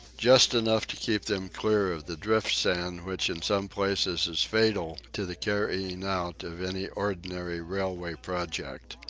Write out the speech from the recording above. just enough to keep them clear of the drift sand which in some places is fatal to the carrying out of any ordinary railway project.